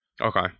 Okay